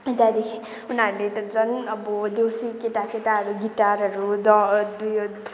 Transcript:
त्यहाँदेखि उनीहरूले त झन् अब देउसी केटा केटाहरू गिटारहरू द डुयो